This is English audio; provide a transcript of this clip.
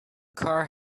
car